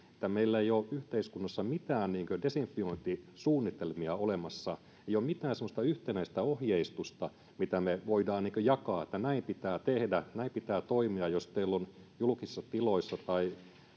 että meillä ei ole yhteiskunnassa mitään desinfiointisuunnitelmia olemassa ei ole mitään semmoista yhtenäistä ohjeistusta mitä me voimme jakaa että näin pitää tehdä näin pitää toimia julkisissa tiloissa jos